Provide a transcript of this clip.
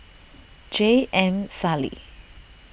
J M Sali